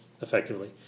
effectively